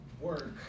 work